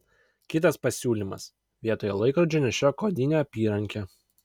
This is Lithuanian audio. kitas pasiūlymas vietoj laikrodžio nešiok odinę apyrankę